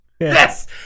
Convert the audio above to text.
Yes